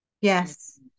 yes